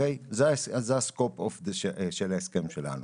זה ה-Scope של ההסכם שלנו.